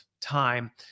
time